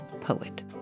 poet